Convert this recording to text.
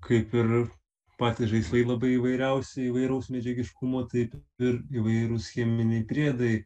kaip ir patys žaislai labai įvairiausi įvairaus medžiagiškumo taip ir įvairūs cheminiai priedai